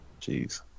Jeez